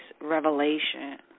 revelation